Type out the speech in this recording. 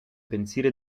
pensieri